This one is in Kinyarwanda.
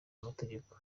amategeko